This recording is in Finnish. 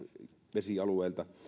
vesialueilta